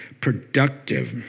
productive